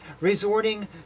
Resorting